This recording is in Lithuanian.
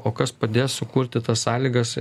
o kas padės sukurti tas sąlygas